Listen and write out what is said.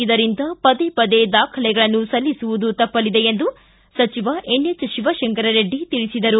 ಇದರಿಂದ ಪದೇ ಪದೇ ದಾಖಲೆಗಳನ್ನು ಸಲ್ಲಿಸುವುದು ತಪ್ಪಲಿದೆ ಎಂದು ತಿಳಿಸಿದರು